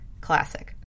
Classic